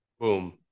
boom